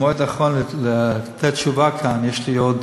המועד האחרון לתת תשובה כאן יש לי עוד